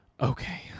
okay